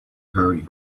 hurry